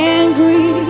angry